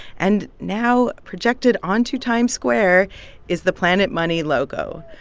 and now projected onto times square is the planet money logo,